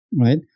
right